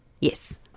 yes